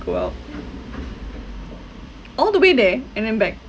go out all the way there and then back